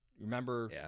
Remember